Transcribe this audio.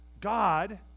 God